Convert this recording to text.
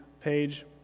page